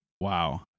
Wow